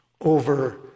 over